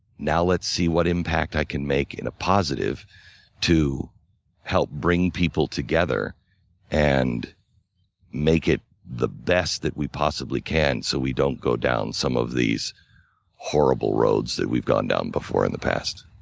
now let's see what impact i can make in a positive to help bring people together and make it the best that we possibly can so we don't go down some of these horrible roads that we've gone down before in the past.